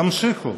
תמשיכו,